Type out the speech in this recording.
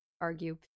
argue